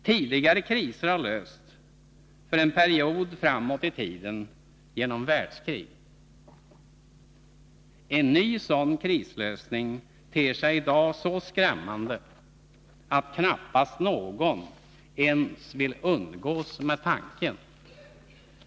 Tidigare kriser har lösts, för en period framåt i tiden, genom världskrig. En ny sådan krislösning ter sig i dag så skrämmande att knappast någon ens vill umgås med tanken.